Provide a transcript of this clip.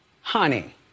Honey